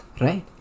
right